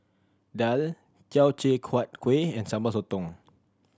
daal Teochew Huat Kuih and Sambal Sotong